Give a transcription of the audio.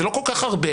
זה לא כל כך הרבה,